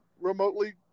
remotely